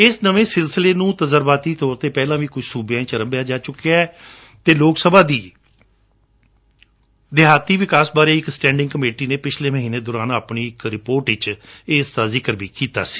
ਇਸੇ ਨਵੇਂ ਸਿਲਸਿਲੇ ਨੂੰ ਤਜ਼ਰਬਾਤੀ ਤੌਰ ਤੇ ਪਹਿਲਾਂ ਹੀ ਕੁਝ ਸੁਬਿਆਂ ਵਿਚ ਅਰੰਭਿਆ ਜਾ ਚੁਕਿਆ ਏ ਅਤੇ ਲੋਕ ਸਭਾ ਦੀ ਦੇਹਾਤੀ ਵਿਕਾਸ ਬਾਰੇ ਇਕ ਸਟਇੰਗ ਕਮੇਟੀ ਨੇ ਪਿਛਲੇ ਮਹੀਨੇ ਦੋਰਾਨ ਆਪਣੀ ਇਕ ਰਿਪੋਰਟ ਵਿਚ ਇਸ ਦਾ ਜ਼ਿਕਰ ਵੀ ਕੀਤਾ ਸੀ